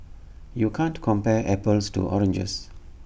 you can't compare apples to oranges